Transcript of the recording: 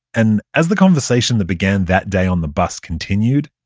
and as the conversation that began that day on the bus continued,